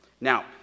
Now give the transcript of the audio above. Now